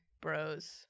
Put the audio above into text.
bros